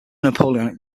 napoleonic